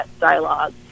dialogue